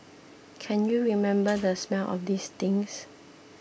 can you remember the smell of these things